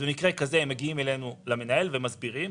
במקרה כזה הם מגיעים אלינו למנהל ומסבירים,